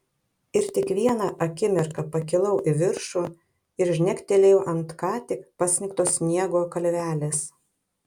ir tik vieną akimirką pakilau į viršų ir žnektelėjau ant ką tik pasnigto sniego kalvelės